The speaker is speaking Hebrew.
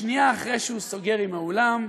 שנייה אחרי שהוא סוגר עם האולם,